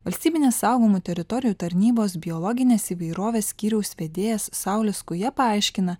valstybinės saugomų teritorijų tarnybos biologinės įvairovės skyriaus vedėjas saulius skuja paaiškina